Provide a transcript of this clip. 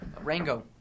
Rango